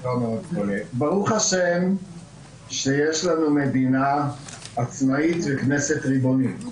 ברוך השם שיש לנו מדינה עצמאית וכנסת ריבונית,